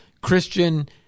Christian—